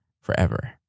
forever